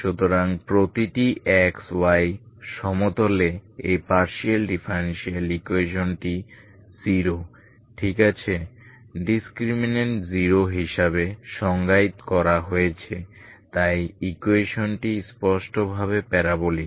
সুতরাং প্রতিটি x y সমতলে এই পার্শিয়াল ডিফারেনশিএল ইকুয়েশনটি 0 ঠিক আছে ডিস্ক্রিমিনান্ট 0 হিসাবে সংজ্ঞায়িত করা হয়েছে তাই ইকুয়েশনটি স্পষ্টভাবে প্যারাবোলিক